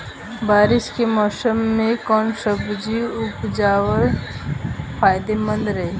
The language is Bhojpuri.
बारिश के मौषम मे कौन सब्जी उपजावल फायदेमंद रही?